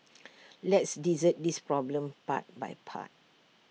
let's dissect this problem part by part